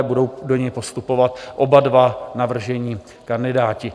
Budou do něj postupovat oba dva navržení kandidáti.